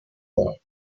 there